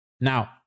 Now